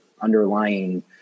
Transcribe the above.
underlying